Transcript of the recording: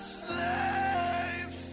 slave